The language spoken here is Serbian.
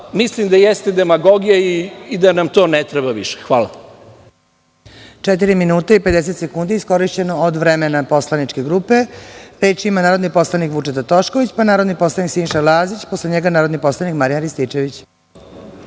mislim da jeste demagogija i da nam to više ne treba. Hvala.